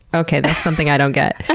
okay, that's something i don't get.